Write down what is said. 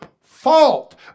fault